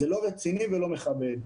זה לא רציני ולא כבד.